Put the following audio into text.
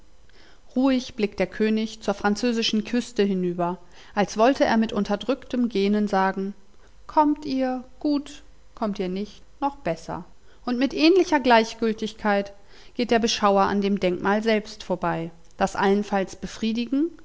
ruhig blickt der könig zur französischen küste hinüber als wollte er mit unterdrücktem gähnen sagen kommt ihr gut kommt ihr nicht noch besser und mit ähnlicher gleichgültigkeit geht der beschauer an dem denkmal selbst vorbei das allenfalls befriedigen